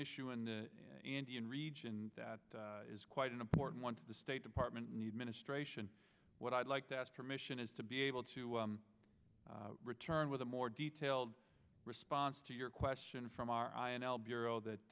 issue and the indian region that is quite an important one for the state department need ministration what i'd like to ask permission is to be able to return with a more detailed response to your question from r i n l bureau that